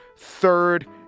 third